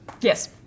Yes